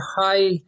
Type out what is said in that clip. high